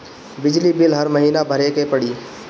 बिजली बिल हर महीना भरे के पड़ी?